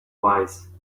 wise